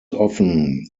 often